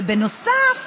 ובנוסף,